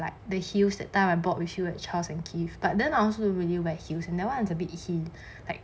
like the heels that time I bought with you at charles and keith but then I also don't really wear heels and that one is a bit like